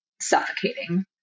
suffocating